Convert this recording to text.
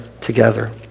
together